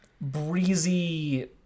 breezy